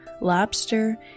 lobster